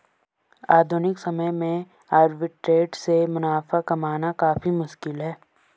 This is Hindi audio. आधुनिक समय में आर्बिट्रेट से मुनाफा कमाना काफी मुश्किल है